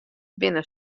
binne